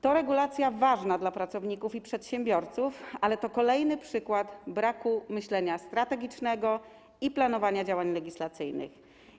To regulacja ważna dla pracowników i przedsiębiorców, ale to kolejny przykład braku myślenia strategicznego i planowania działań legislacyjnych.